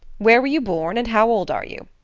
where were you born and how old are you?